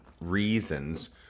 reasons